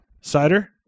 cider